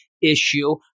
issue